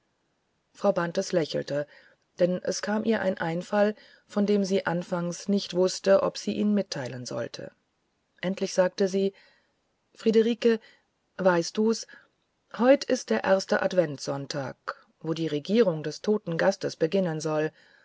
frau bantes lächelte denn es kam ihr ein einfall von dem sie anfangs nicht wußte ob sie ihn mitteilen sollte endlich sagte sie friederike weißt du's heut ist der erste adventsonntag wo die regierung des toten gastes beginnen soll